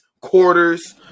quarters